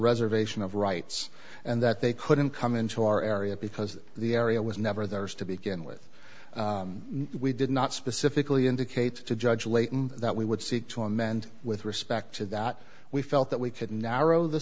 reservation of rights and that they couldn't come into our area because the area was never there was to begin with we did not specifically indicate to judge leighton that we would seek to amend with respect to that we felt that we could narrow the